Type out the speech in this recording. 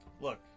Look